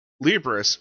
Libris